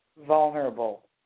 vulnerable